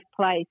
place